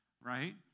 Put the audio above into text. right